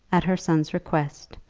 at her son's request,